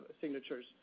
signatures